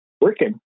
working